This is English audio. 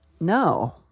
No